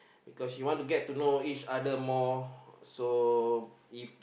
because you want to get to know each other more so if